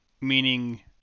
Meaning